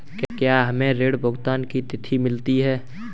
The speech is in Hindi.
क्या हमें ऋण भुगतान की तिथि मिलती है?